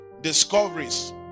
discoveries